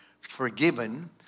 forgiven